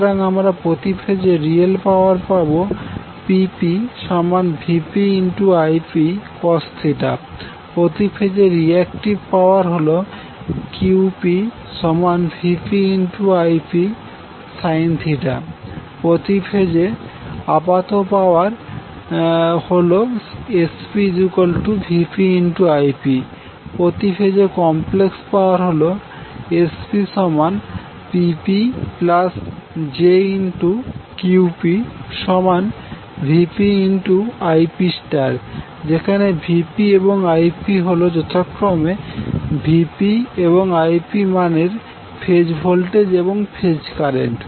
সুতরাং আমরা প্রতি ফেজে রিয়েল পাওয়ার পাবো PpVpIpcos প্রতি ফেজে রিয়াক্টিভ পাওয়ার হল QpVpIpsin প্রতি ফেজে আপাত পাওয়ার হল SpVpIp প্রতি ফেজে কমপ্লেক্স পাওয়ার হল SpPpjQpVpIp যেখানে Vp এবং Ipহল যথাক্রমে Vp এবংIpমানের ফেজ ভোল্টেজ এবং ফেজ কারেন্ট